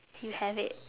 you have it